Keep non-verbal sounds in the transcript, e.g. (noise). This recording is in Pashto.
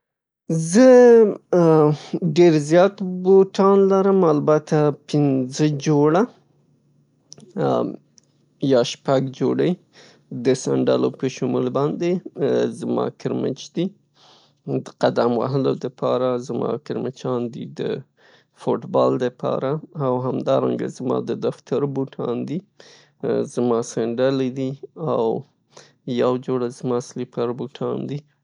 زه (hesitation) ډیر زیات بوټان لرم، البته پنځه جوړه. ام یا شپړ جوړې د سنډلو په شمول باندې (hesitation) زما کېرمچ دي د قدم وهلو د پاره زما کېرمچان دي د فوټبال د پاره او همدارنګه زما د دفتر بوټان دي، زما سېنډلې دي او یو جوړه زما سلیپر بوټان دي.